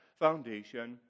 foundation